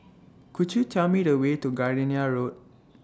Could YOU Tell Me The Way to Gardenia Road